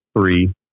three